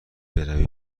بروی